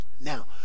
Now